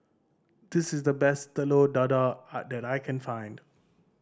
this is the best Telur Dadah that I can find